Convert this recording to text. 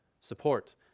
support